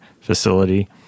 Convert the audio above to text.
facility